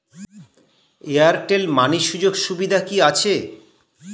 Airtel money সুযোগ সুবিধা কি আছে?